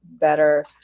better